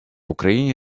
україні